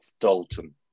Dalton